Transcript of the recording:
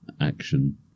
action